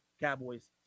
Cowboys